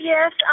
Yes